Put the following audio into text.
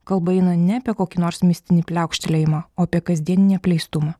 kalba eina ne apie kokį nors mistinį pliaukštelėjimą o apie kasdieninį apleistumą